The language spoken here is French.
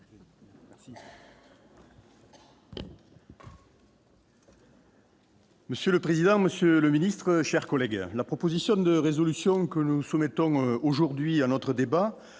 Monsieur le président, monsieur le ministre, chers collègues, la proposition de résolution que nous soumettons aujourd'hui à notre débat